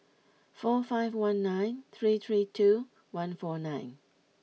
four five one nine three three two one four nine